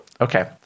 Okay